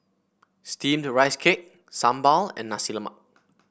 steamed Rice Cake sambal and Nasi Lemak